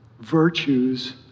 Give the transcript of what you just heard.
virtues